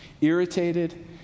irritated